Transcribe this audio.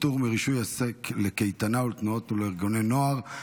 פטור מרישוי עסק לקייטנה לתנועות ולארגוני נוער),